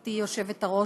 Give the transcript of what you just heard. גברתי היושבת-ראש,